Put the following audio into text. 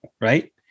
Right